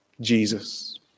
Jesus